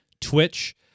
Twitch